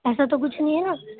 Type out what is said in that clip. ایسا تو کچھ نہیں ہے نا